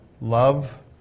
love